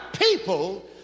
people